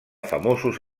famosos